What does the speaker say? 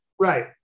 Right